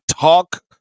talk-